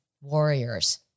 warriors